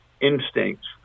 instincts